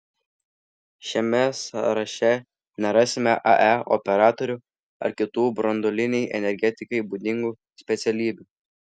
šiame sąraše nerasime ae operatorių ar kitų branduolinei energetikai būdingų specialybių